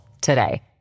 today